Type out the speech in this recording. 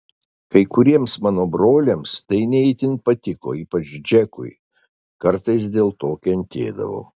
kai kuriems mano broliams tai ne itin patiko ypač džekui kartais dėl to kentėdavau